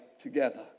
together